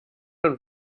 und